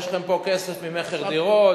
יש לכם פה כסף ממכר דירות,